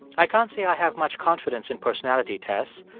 i can't say i have much confidence in personality tests.